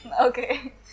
Okay